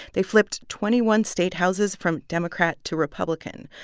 they flipped twenty one state houses from democrat to republican.